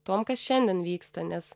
tuom kas šiandien vyksta nes